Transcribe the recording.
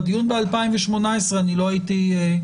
בדיון ב-2018 אני לא הייתי,